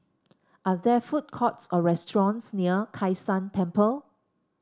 are there food courts or restaurants near Kai San Temple